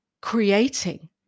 creating